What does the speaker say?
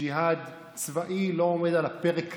ג'יהאד צבאי לא עומד על הפרק כרגע.